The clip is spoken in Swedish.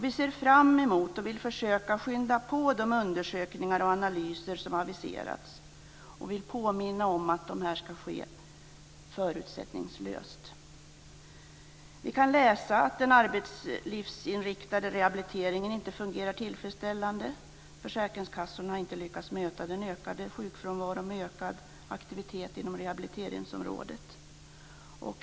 Vi ser fram emot och vill försöka skynda på de undersökningar och analyser som har aviserats. Vi vill påminna om att de ska ske förutsättningslöst. Vi kan läsa att den arbetslivsinriktade rehabiliteringen inte fungerar tillfredsställande. Försäkringskassorna har inte lyckats möta den ökade sjukfrånvaron med ökad aktivitet inom rehabiliteringsområdet.